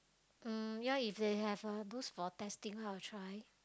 mm ya if they have a booth for testing I will try